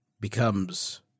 becomes